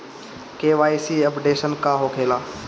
KYC updation का होखेला?